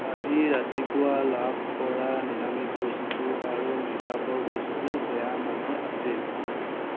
আজি ৰাতিপুৱা লাভ কৰা নিৰামিষ বস্তু আৰু মেকআপৰ বস্তু বেয়া মানৰ আছিল